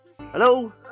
Hello